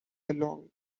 along